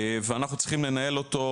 ואנחנו צריכים לנהל אותו,